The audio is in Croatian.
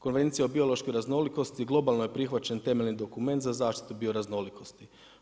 Konvencija o biološkoj raznolikosti globalno je prihvaćen temeljni dokument za zaštitu bioraznolikosti.